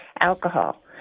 alcohol